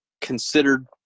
considered